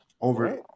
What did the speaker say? over